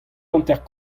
hanter